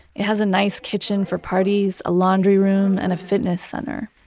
it has a nice kitchen for parties, a laundry room, and a fitness center.